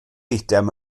eitem